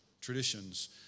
traditions